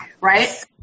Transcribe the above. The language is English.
Right